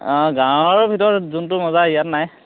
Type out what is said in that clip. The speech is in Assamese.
অঁ গাঁৱৰ ভিতৰত যোনটো মজা ইয়াত নাই